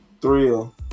Thrill